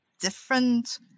different